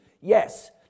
yes